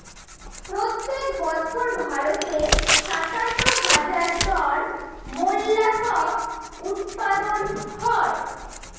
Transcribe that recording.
প্রত্যেক বছর ভারতে সাতান্ন হাজার টন মোল্লাসকস উৎপাদন হয়